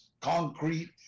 Concrete